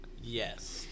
Yes